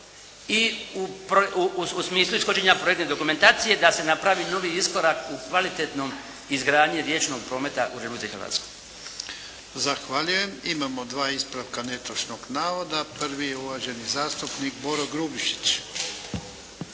i u smislu ishođenja projektne dokumentacije da se napravi novi iskorak u kvalitetnom izgradnju riječnog prometa u Republici Hrvatskoj. **Jarnjak, Ivan (HDZ)** Zahvaljujem. Imamo dva ispravka netočnog navoda. Prvi je uvaženi zastupnik Boro Grubišić.